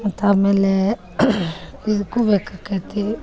ಮತ್ತು ಆಮೇಲೆ ಇದಕ್ಕೂ ಬೇಕಾಕೈತಿ